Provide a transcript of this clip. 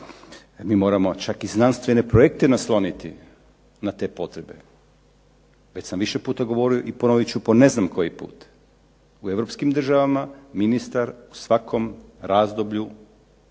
Mi moramo čak i znanstvene projekte nasloniti na te potrebe. Već sam više puta govorio i ponovit ću po ne znam koji put. U europskim državama ministar u svakom razdoblju